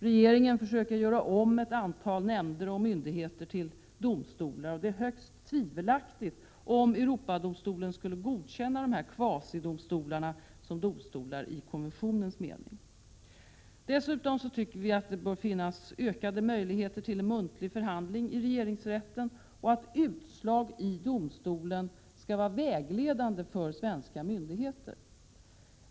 Regeringen försöker göra om ett antal nämnder och myndigheter till domstolar. Det är högst tvivelaktigt om Europadomstolen skulle godkänna dessa kvasidomstolar som domstolar i konventionens mening. Dessutom tycker vi att det bör finnas ökade möjligheter till muntlig förhandling i regeringsrätten och att utslag i domstolen skall vara vägledande för svenska myndigheter.